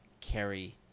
carry